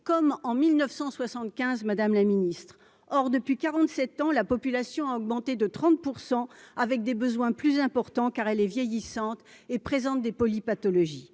comme en 1975 Madame la Ministre, or depuis 47 ans, la population a augmenté de 30 % avec des besoins plus importants car elle est vieillissante et présente des poly- pathologies,